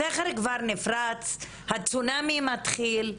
הסכר כבר נפרץ, הצונאמי מתחיל.